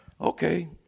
Okay